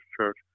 church